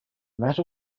matter